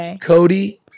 Cody